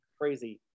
Crazy